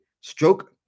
stroke